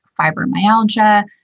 fibromyalgia